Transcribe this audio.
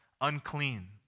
unclean